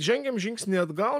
žengėm žingsnį atgal